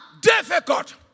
difficult